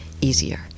easier